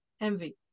envy